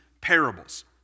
parables